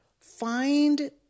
Find